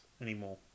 anymore